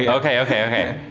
ah okay, okay,